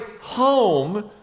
home